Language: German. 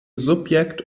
subjekt